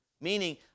Meaning